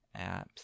apps